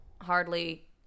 hardly –